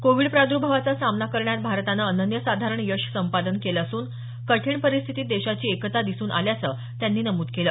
Covid प्रादुर्भावाचा सामना करण्यात भारतानं अनन्यसाधारण यश संपादन केलं असून कठीण परिस्थितीत देशाची एकता दिसून आल्याचं त्यांनी नमूद केलं